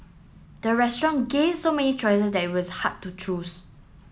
the restaurant gave so many choices that it was hard to choose